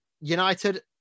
United